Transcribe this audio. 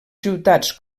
ciutats